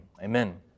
Amen